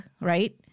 right